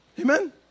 Amen